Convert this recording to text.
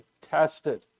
tested